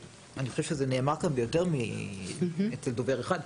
שאני גם חושב שזה דבר שנאמר כאן על ידי יותר מדובר אחד,